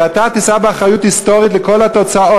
כי אתה תישא באחריות היסטורית לכל התוצאות,